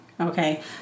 okay